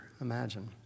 Imagine